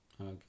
Okay